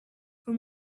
for